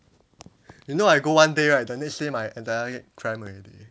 you know I go one day right the next day my entire leg cramp already